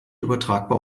übertragbar